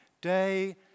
day